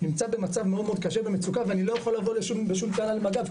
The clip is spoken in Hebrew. נמצא במצב מאוד מאוד קשה במצוקה ואני לא יכול לבוא בשום טענה למג"ב,